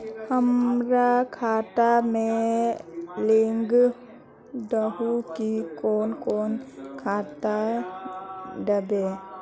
हमरा खाता में लिख दहु की कौन कौन खाद दबे?